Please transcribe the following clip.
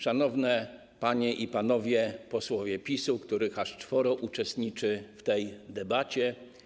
Szanowne Panie i Szanowni Panowie Posłowie PiS-u, których aż czworo uczestniczy w tej debacie!